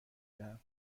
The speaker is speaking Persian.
دهم